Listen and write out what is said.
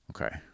Okay